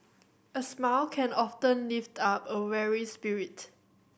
a smile can often lift up a weary spirit